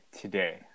today